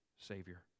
Savior